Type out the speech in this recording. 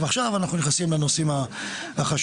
עכשיו אנחנו נכנסים לנושאים החשובים,